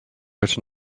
but